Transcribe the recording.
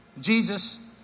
Jesus